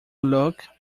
look